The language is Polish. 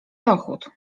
dochód